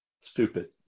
Stupid